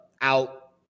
out